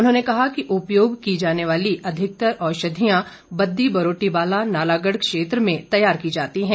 उन्होंने कहा कि उपयोग की जाने वाली अधिकतर औषधीयां बददी बरोटीवाला नालागढ़ क्षेत्र में तैयार की जाती है